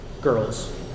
Girls